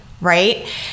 right